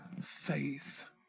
faith